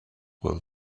will